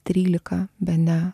trylika bene